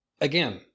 again